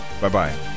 Bye-bye